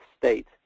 state